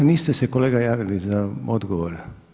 A niste se kolega javili za odgovor.